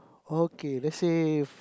okay let's say